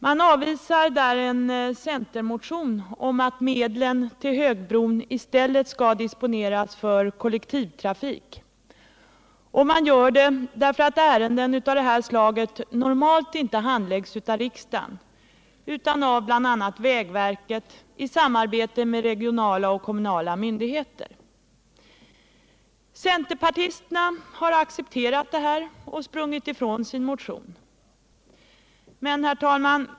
Man avvisar där en centermotion om att medlen till högbron i stället skall disponeras för kollektivtrafik, och man gör detta för att ärenden av det här slaget normalt inte handläggs av riksdagen utan av bl.a. vägverket i samarbete med regionala och kommunala myndigheter. Centerpartisterna har accepterat detta och sprungit ifrån sin motion. Herr talman!